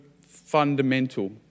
fundamental